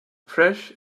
fresh